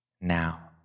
now